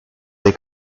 dei